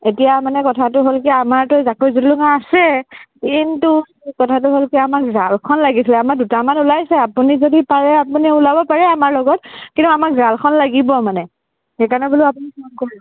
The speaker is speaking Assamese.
এতিয়া মানে কথাটো হ'ল কি আমাৰতো জাকৈ জুলুঙা আছে কিন্তু কথাটো হ'ল কি আমাক জালখন লাগিছিলে আমাৰ দুটামান ওলাইছে আপুনি যদি পাৰে আপুনি ওলাব পাৰে আমাৰ লগত কিন্তু আমাক জালখন লাগিব মানে সেইকাৰণে বোলো আপোনাক ফোন কৰিলোঁ